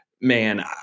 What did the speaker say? man